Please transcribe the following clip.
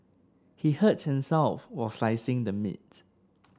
he hurt himself while slicing the meat